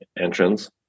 entrance